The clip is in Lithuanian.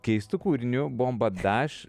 keistu kūriniu bomba daš